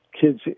kids